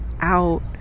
out